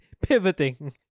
pivoting